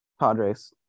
Padres